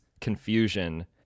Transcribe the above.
Confusion